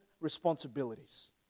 responsibilities